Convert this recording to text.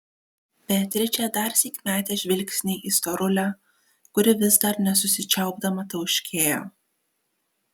beatričė darsyk metė žvilgsnį į storulę kuri vis dar nesusičiaupdama tauškėjo